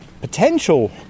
potential